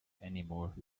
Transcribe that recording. anymore